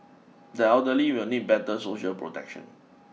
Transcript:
the elderly will need better social protection